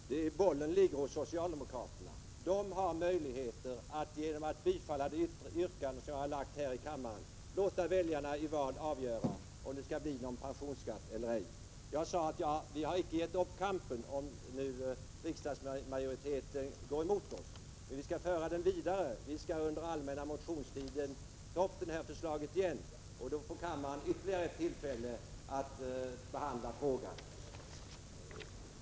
Herr talman! Bollen ligger hos socialdemokraterna. De har möjligheter att genom att bifalla det yrkande som jag har lagt fram här i kammaren låta väljarna i val avgöra om det skall bli någon pensionsskatt eller inte. Jag sade att vi inte ger upp kampen om riksdagsmajoriteten går emot oss. Vi skall föra kampen vidare. Vi skall under den allmänna motionstiden ta upp detta förslag igen. Då får kammaren ytterligare ett tillfälle att behandla frågan.